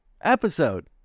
episode